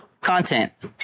content